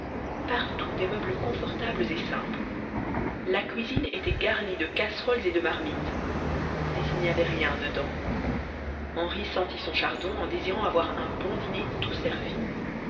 partout des meubles confortables et simples la cuisine était garnie de casseroles et de marmites mais il n'y avait rien dedans henri sentit son chardon en désirant avoir un bon dîner tout servi